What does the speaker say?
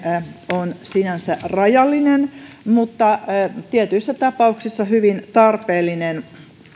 on sinänsä rajallinen mutta tietyissä tapauksissa hyvin tarpeellinen